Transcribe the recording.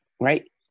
Right